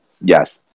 yes